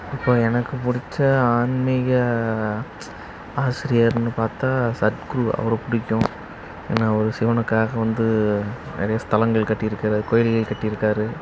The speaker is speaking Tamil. இப்போது எனக்கு பிடிச்ச ஆன்மீக ஆசிரியர்ன்னு பார்த்தா சத்குரு அவரை பிடிக்கும் ஏன்னால் அவர் சிவனுக்காக வந்து நிறைய ஸ்தலங்கள் கட்டி இருக்கார் கோயில்கள் கட்டி இருக்கார்